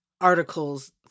articles